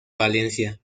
valencia